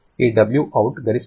ఈ Wout గరిష్టంగా ఎప్పుడు ఉంటుంది